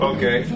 Okay